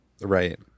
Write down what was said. Right